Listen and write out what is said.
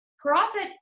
profit